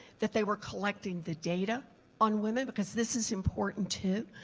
that they were collecting the data on women because this is important too.